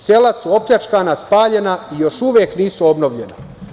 Sela su opljačkana, spaljena i još uvek nisu obnovljena.